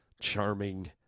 charming